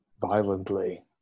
violently